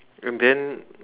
and then